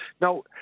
Now